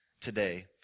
today